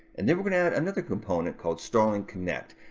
and then we're going to add another component called starling connect,